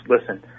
listen